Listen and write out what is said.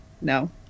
No